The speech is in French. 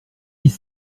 dix